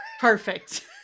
perfect